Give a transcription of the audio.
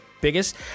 biggest